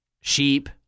Sheep